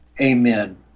amen